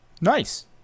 Nice